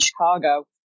Chicago